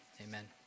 amen